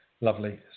Lovely